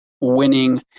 winning